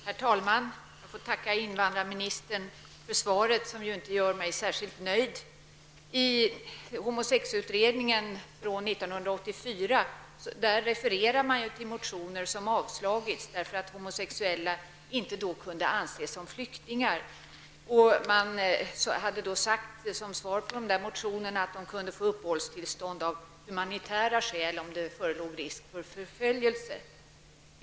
Herr talman! Jag får tacka invandrarministern för svaret, vilket inte gör mig särskilt nöjd. I homosexutredningen från 1984 refereras till motioner som avslagits därför att homosexuella då inte kunde anses som flyktingar. Som svar på motionerna hade sagts att dessa människor kunde få uppehållstillstånd av humanitära skäl om risk för förföljelse förelåg.